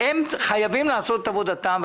הם חייבים לעשות את עבודתם,